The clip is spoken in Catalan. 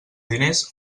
diners